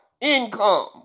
income